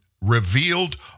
revealed